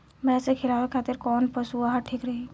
भैंस के खिलावे खातिर कोवन पशु आहार ठीक रही?